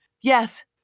Yes